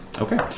Okay